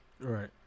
Right